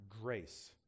grace